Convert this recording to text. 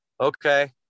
okay